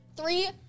Three